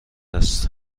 است